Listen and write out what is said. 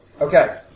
Okay